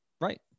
Right